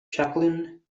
jacqueline